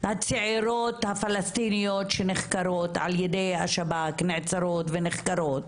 הצעירות הפלסטיניות שנחקרות על-ידי השב"כ נעצרות ונחקרות,